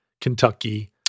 Kentucky